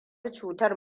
cutar